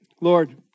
Lord